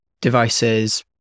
devices